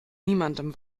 niemandem